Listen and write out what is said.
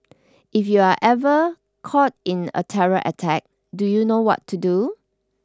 if you are ever caught in a terror attack do you know what to do